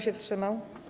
się wstrzymał?